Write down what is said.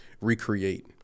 recreate